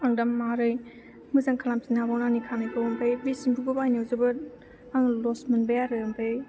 आं दा मारै मोजां खालाम फिननो हाबावनो आंनि खानायखौ आमफ्राय बे सेम्फुखौ बाहायनायाव जोबोद आं लस मोनबाय आरो आमफ्राय